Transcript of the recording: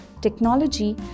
technology